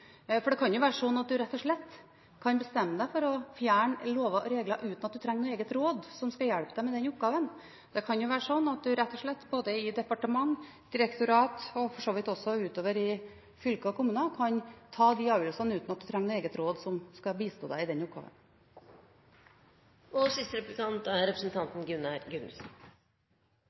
for det kan være slik at man rett og slett kan bestemme seg for å fjerne lover og regler uten at man trenger noe eget råd som skal hjelpe med den oppgaven. Det kan jo være slik at man, både i departement, direktorat og for så vidt også utover i fylker og kommuner, kan ta de avgjørelsene uten at man trenger noe eget råd som skal bistå i den oppgaven.